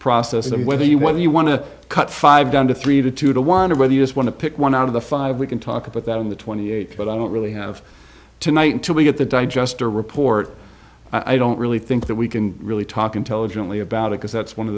process and whether you whether you want to cut five down to three to two to one of whether you just want to pick one out of the five we can talk about that on the twenty eighth but i don't really have tonight until we get the digester report i don't really think that we can really talk intelligently about it because that's one of